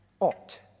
ought